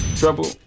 trouble